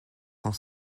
cent